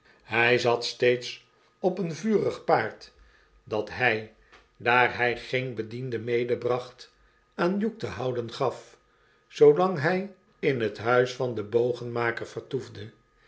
hij zat steeds op een vurig paard dat hij daar hj geen bediende medebracht aan hugh te houden gaf zoolang hjj in het huis van den bogenmaker vertoefde